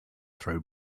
throw